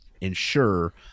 ensure